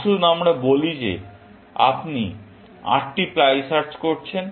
আসুন আমরা বলি যে আপনি আটটি প্লাই সার্চ করছেন